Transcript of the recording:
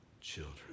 children